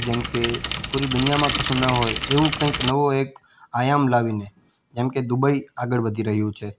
જેમ કે પૂરી દુનિયામાં કશું ના હોય એવું કઈક નવો એક આયામ લાવીને જેમ કે દુબઈ આગળ વધી રહ્યું છે